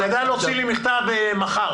תשתדל להוציא לי מכתב מחר